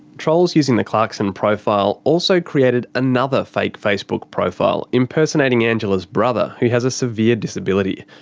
trolls using the clarkson profile also created another fake facebook profile impersonating angela's brother who has a severe disability.